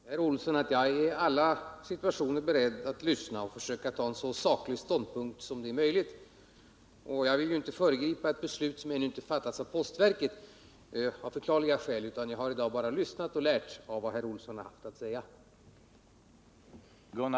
Herr talman! Jag vill säga till Gunnar Olsson att jag i alla situationer är beredd att lyssna och försöka inta en så saklig ståndpunkt som möjligt. Jag vill av förklarliga skäl inte föregripa ett beslut som ännu inte fattats av postverket, utan jag har bara lyssnat och lärt av vad herr Olsson haft att säga.